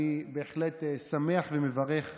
אני בהחלט שמח ומברך על,